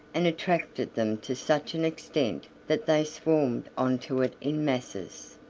and attracted them to such an extent that they swarmed on to it in masses.